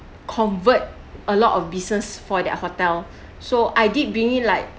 convert a lot of business for their hotel so I did being like